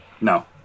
No